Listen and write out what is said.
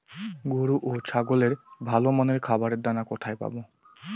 গরু ও ছাগলের ভালো মানের খাবারের দানা কোথায় পাবো?